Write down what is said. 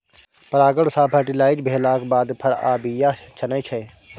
परागण सँ फर्टिलाइज भेलाक बाद फर आ बीया बनै छै